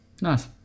nice